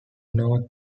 north